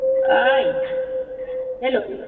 ओइ हेल'